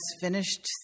finished